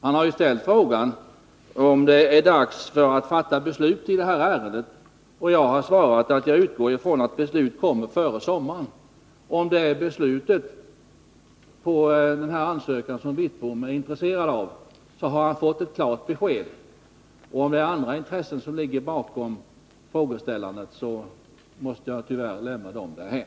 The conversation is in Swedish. Han har frågat mig om det är dags att fatta beslut i ärendet, och jag har svarat att jag utgår från att beslut kommer före sommaren. Om det är beslutet som Bengt Wittbom är intresserad av, har han fått ett klart besked. Om det är andra intressen som ligger bakom frågan, måste jag tyvärr lämna dem därhän.